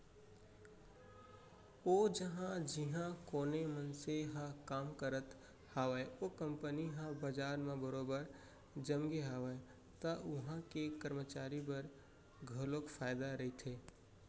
ओ जघा जिहाँ कोनो मनसे ह काम करत हावय ओ कंपनी ह बजार म बरोबर जमगे हावय त उहां के करमचारी बर घलोक फायदा रहिथे